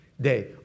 Day